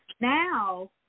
Now